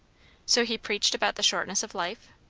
so he preached about the shortness of life?